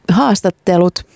haastattelut